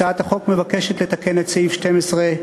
הצעת החוק מבקשת לתקן את סעיף 12(ב)